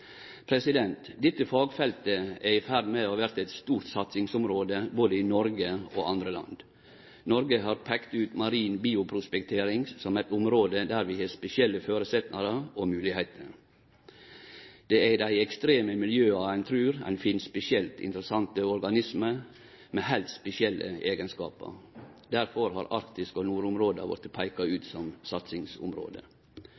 Dette fagfeltet er i ferd med å verte eit stort satsingsområde både i Noreg og andre land. Noreg har peikt ut marin bioprospektering som eit område der vi har spesielle føresetnader og moglegheiter. Det er i dei ekstreme miljøa ein trur ein finn spesielt interessante organismar med heilt spesielle eigenskapar. Derfor har Arktis og nordområda vorte